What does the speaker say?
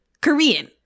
Korean